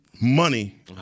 Money